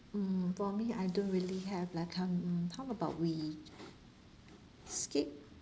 mm for me I don't really have I can't mm how about we skip